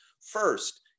First